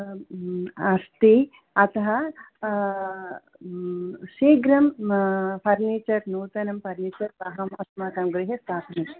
अस्ति अतः शीघ्रं फ़र्निचर् नूतनं फ़र्निचर् अहम् अस्माकं गृहे स्थापनीयं